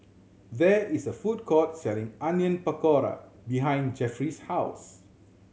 there is a food court selling Onion Pakora behind Geoffrey's house